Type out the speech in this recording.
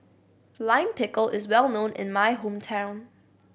Lime Pickle is well known in my hometown